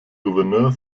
gouverneur